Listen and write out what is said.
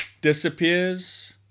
disappears